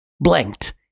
blinked